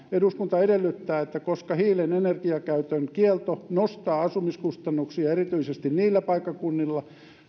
eduskunta edellyttää että koska hiilen energiakäytön kielto nostaa asumiskustannuksia erityisesti niillä paikkakunnilla